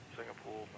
Singapore